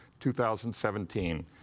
2017